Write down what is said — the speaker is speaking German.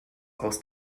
aus